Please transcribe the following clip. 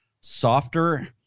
softer